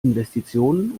investitionen